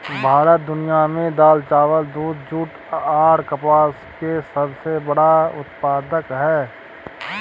भारत दुनिया में दाल, चावल, दूध, जूट आर कपास के सबसे बड़ा उत्पादक हय